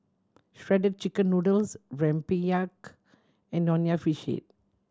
Shredded Chicken Noodles rempeyek and Nonya Fish Head